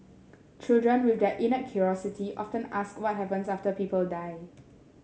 children with their innate curiosity often ask what happens after people die